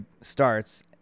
starts